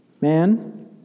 Man